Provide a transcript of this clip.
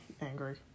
angry